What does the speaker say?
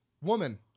woman